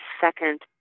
second